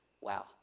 Wow